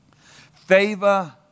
Favor